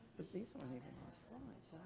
these slides